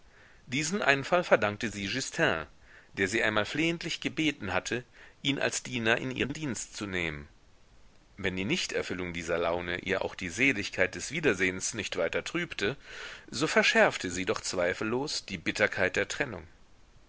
diesen einfall verdankte sie justin der sie einmal flehentlich gebeten hatte ihn als diener in ihren dienst zu nehmen wenn die nichterfüllung dieser laune ihr auch die seligkeit des wiedersehns nicht weiter trübte so verschärfte sie doch zweifellos die bitterkeit der trennung